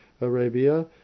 Arabia